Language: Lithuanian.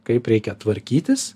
kaip reikia tvarkytis